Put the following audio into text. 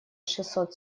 шестьсот